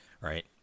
right